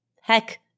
heck